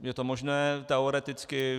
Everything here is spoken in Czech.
Je to možné teoreticky.